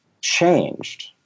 changed